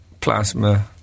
plasma